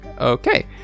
Okay